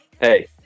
Hey